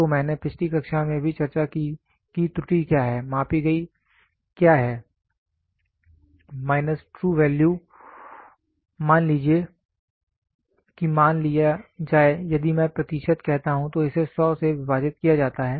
तो मैंने पिछली कक्षा में भी चर्चा की कि त्रुटि क्या है मापी गई क्या है माइनस ट्रू वैल्यू मान लीजिए कि मान लिया जाए यदि मैं प्रतिशत कहता हूं तो इसे 100 से विभाजित किया जाता है